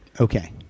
Okay